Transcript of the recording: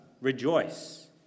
rejoice